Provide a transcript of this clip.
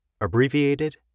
abbreviated